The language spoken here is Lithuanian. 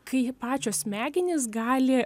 kai pačios smegenys gali